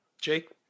Jake